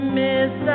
miss